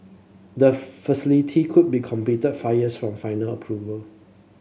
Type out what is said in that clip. the facility could be completed five years from final approval